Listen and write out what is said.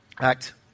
Act